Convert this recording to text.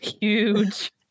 huge